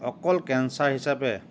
অকল কেঞ্চাৰ হিচাপে